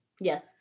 Yes